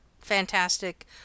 fantastic